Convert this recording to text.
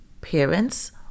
parents